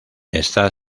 está